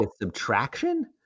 subtraction